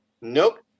Nope